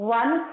one